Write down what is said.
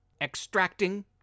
extracting